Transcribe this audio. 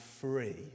free